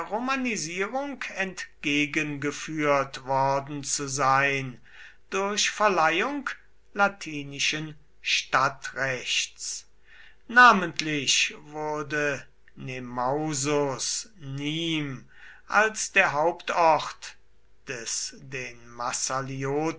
romanisierung entgegengeführt worden zu sein durch verleihung latinischen stadtrechts namentlich wurde nemausus nmes als der hauptort des den